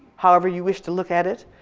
however you wish to look at it,